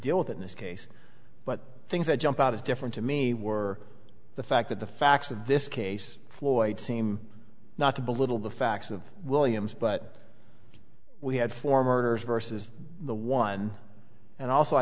with in this case but things that jump out as different to me were the fact that the facts of this case floyd seem not to belittle the facts of williams but we had four murders versus the one and also i